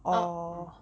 mm